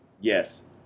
yes